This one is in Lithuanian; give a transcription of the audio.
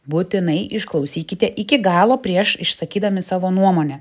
būtinai išklausykite iki galo prieš išsakydami savo nuomonę